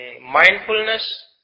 mindfulness